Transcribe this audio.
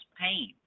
pain